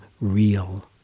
real